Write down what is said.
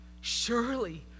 surely